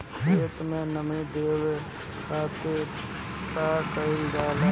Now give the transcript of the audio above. खेत के नामी देवे खातिर का कइल जाला?